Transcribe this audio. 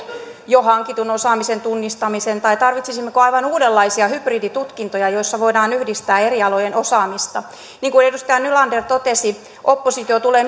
jo hankitun osaamisen tunnistamisen tai tarvitsisimmeko aivan uudenlaisia hybriditutkintoja joissa voidaan yhdistää eri alojen osaamista niin kuin edustaja nylander totesi oppositio tulee